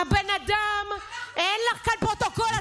אין לך כאן פרוטוקול.